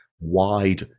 wide